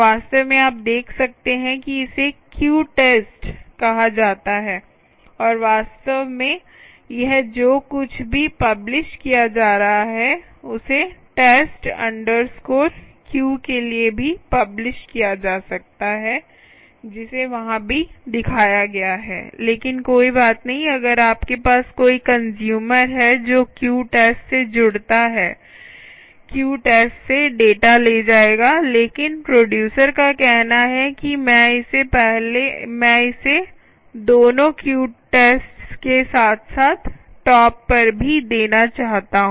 वास्तव में आप देख सकते हैं कि इसे क्यू टेस्ट कहा जाता है और वास्तव में यह जो कुछ भी पब्लिश किया जा रहा है उसे टेस्ट अंडरस्कोर क्यू के test queue लिए भी पब्लिश किया जा सकता है जिसे वहां भी दिखाया गया है लेकिन कोई बात नहीं अगर आपके पास कोई कंस्यूमर है जो क्यू टेस्ट से जुड़ता है क्यू टेस्ट से डेटा ले जाएगा लेकिन प्रोडयूसर का कहना है कि मैं इसे दोनों क्यू टेस्टस के साथ साथ टॉप पर भी देना चाहता हूं